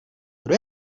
kdo